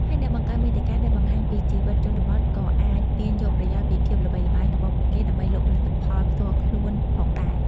ហើយអ្នកបង្កើតមាតិកាដែលបង្ហាញពីជីវិតជនបទក៏អាចទាញយកប្រយោជន៍ពីភាពល្បីល្បាញរបស់ពួកគេដើម្បីលក់ផលិតផលផ្ទាល់ខ្លួនផងដែរ។